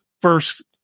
first